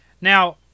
Now